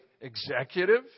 executive